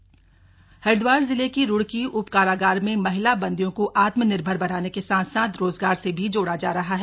रक्षाबंधन हरिद्वार जिले की रुड़की उप कारागार में महिला बंदियों को आत्मनिर्भर बनाने के साथ साथ रोजगार से भी जोड़ा जा रहा है